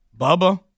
Bubba